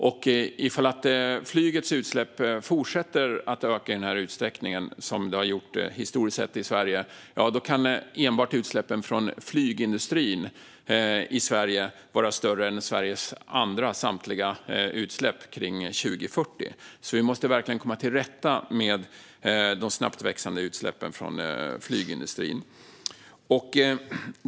Om flygets utsläpp fortsätter att öka i samma utsträckning som det har gjort historiskt sett i Sverige kan enbart utsläppen från flygindustrin här i landet vara större än Sveriges andra samtliga utsläpp kring 2040. Vi måste verkligen komma till rätta med de snabbt växande utsläppen från flygindustrin.